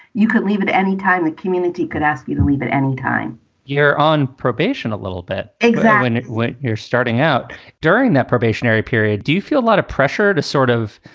you could leave at at any time. the community could ask you to leave at any time you're on probation a little bit. examine it when you're starting out during that probationary period. do you feel a lot of pressure to sort of.